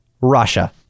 Russia